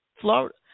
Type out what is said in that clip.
Florida